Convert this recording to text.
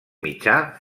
mitjà